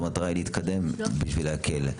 המטרה היא לקדם בשביל להקל.